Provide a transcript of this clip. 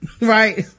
right